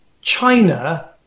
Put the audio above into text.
China